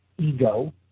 ego